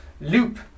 Loop